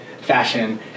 fashion